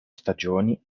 stagioni